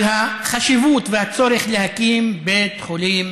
על החשיבות והצורך להקים בית חולים